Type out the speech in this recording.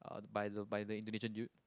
uh by the by the Indonesian dude